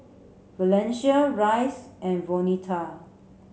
Valencia Rice and Vonetta